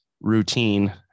routine